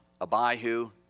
Abihu